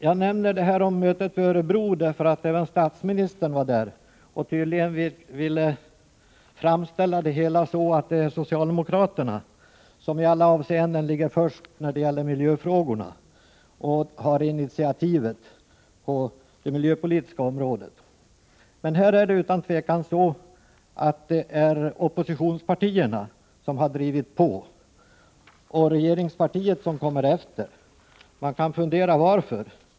Jag nämner detta om mötet i Örebro därför att även statsministern var där och tydligen ville framställa det hela så att det är socialdemokraterna som i alla avseenden ligger först när det gäller miljöfrågorna och har initiativet på det miljöpolitiska området. Men här är det utan tvivel oppositionspartierna som har drivit på och regeringspartiet som kommer efter. Man kan fundera över varför det är så.